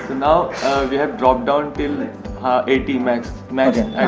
now we have dropped down till eighty max. imagine